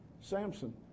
Samson